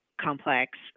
complex